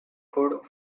food